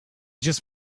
just